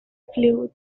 flew